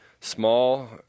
small